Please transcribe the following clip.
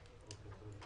זה בסדר,